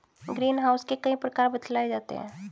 green house के कई प्रकार बतलाए जाते हैं